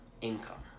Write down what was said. income